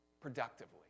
Productively